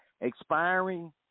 expiring